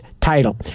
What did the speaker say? title